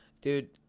dude